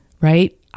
right